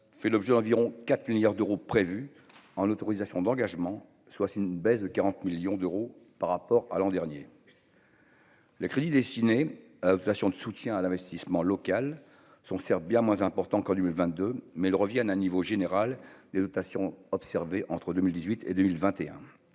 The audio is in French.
fait l'objet d'environ 4 milliards d'euros prévus en l'autorisation d'engagement soit c'est une baisse de 40 millions d'euros par rapport à l'an dernier. Le crédit destiné de soutien à l'investissement local sont certes bien moins important que lors du 22 mai elles reviennent à un niveau général des dotations observée entre 2018 et 2021